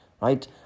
Right